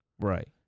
Right